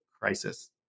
crisis